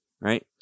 Right